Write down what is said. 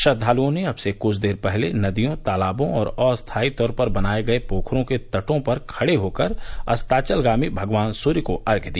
श्रद्वालुओं ने अब से कुछ देर पहले नदियों तालाबों और अस्थायी तौर पर बनाये गये पोखरों के तटों पर खड़े होकर अस्तांचलगामी भगवान सूर्य को अर्घ्य दिया